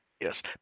Yes